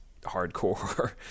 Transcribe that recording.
hardcore